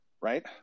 right